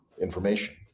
information